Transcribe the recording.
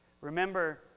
Remember